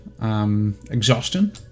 Exhaustion